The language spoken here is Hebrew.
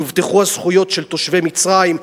יובטחו הזכויות של תושבי מצרים,